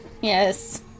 Yes